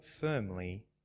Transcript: firmly